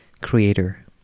creator